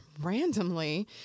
Randomly